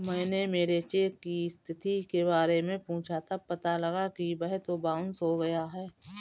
मैंने मेरे चेक की स्थिति के बारे में पूछा तब पता लगा कि वह तो बाउंस हो गया है